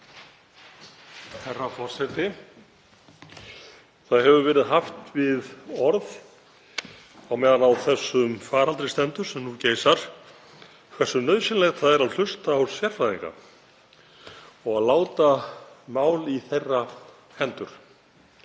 Oft hefur verið haft á orði á meðan á þessum faraldri hefur staðið sem nú geisar, hversu nauðsynlegt sé að hlusta á sérfræðinga og láta mál í þeirra hendur.